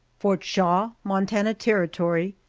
fort shaw, montana territory,